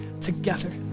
together